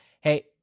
Hey